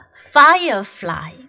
Firefly